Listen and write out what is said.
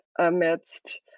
amidst